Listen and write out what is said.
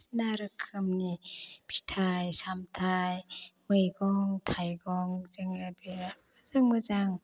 सिना रोखोमनि फिथाइ सामथाइ मैगं थाइगं जोङो बे जों मोजां